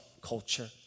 culture